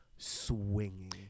swinging